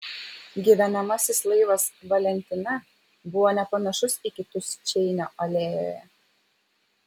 gyvenamasis laivas valentina buvo nepanašus į kitus čeinio alėjoje